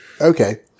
Okay